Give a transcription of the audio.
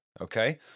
okay